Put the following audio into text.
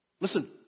Listen